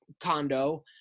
condo